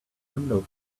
window